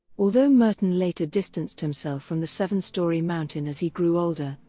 although merton later distanced himself from the seven storey mountain as he grew older,